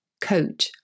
coat